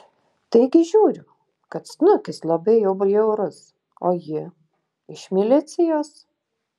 taigi žiūriu kad snukis labai jau bjaurus o ji iš milicijos